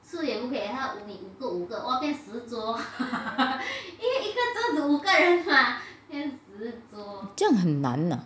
这样很难啊